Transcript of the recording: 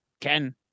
Ken